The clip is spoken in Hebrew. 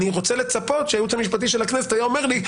אני רוצה לצפות שהייעוץ המשפטי של הכנסת היה אומר לי,